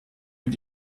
mit